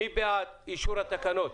מי בעד אישור התקנות?